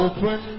Open